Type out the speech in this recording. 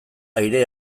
aire